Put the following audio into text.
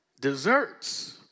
desserts